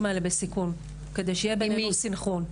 האלה בסיכון כדי שיהיה בינינו סנכרון.